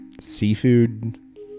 seafood